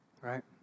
Right